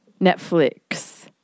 Netflix